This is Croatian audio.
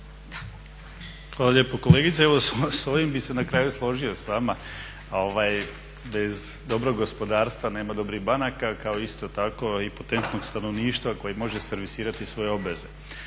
Hvala lijepo. Kolegice s ovim bi se na kraju složio s vama, bez dobrog gospodarstva nema dobrih banaka kao isto tako i potentnog stanovništva koje može servisirati svoje obveze.